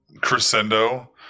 crescendo